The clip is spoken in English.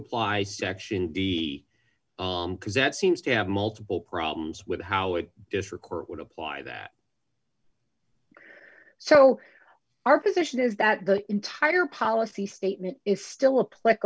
apply section d because that seems to have multiple problems with how it does record would apply that so our position is that the entire policy statement is still appl